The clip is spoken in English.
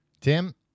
Tim